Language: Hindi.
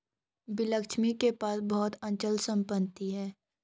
विजयलक्ष्मी के पास बहुत अचल संपत्ति है